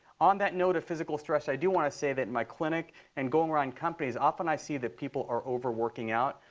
on that note of physical stress, i do want to say that in my clinic and going around companies, often i see that people are over working out.